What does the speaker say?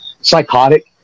psychotic